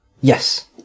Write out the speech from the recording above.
Yes